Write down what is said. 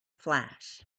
flash